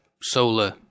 solar